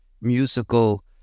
musical